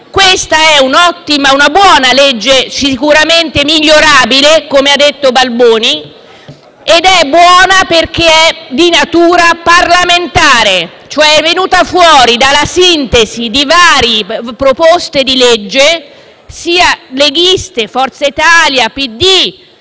Questa è una buona legge, sicuramente migliorabile - come ha detto il senatore Balboni - e lo è perché è di natura parlamentare. Essa è venuta fuori, cioè, dalla sintesi di varie proposte di legge, sia leghiste, di Forza Italia e